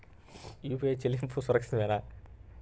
UPI చెల్లింపు సురక్షితమేనా?